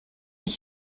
ich